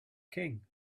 king